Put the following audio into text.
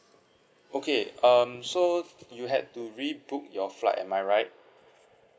okay um so you had to rebook your flight am I right